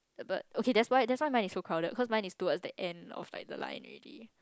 but okay that's why that's why mine is so crowded cause mine is too at the end of the line already